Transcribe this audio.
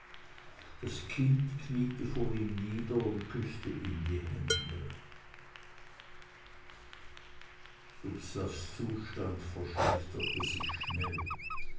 das kind kniete vor ihm nieder und küßte ihm die hände dubslavs zustand verschlechterte sich schnell